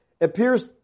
appears